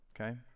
okay